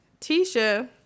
Tisha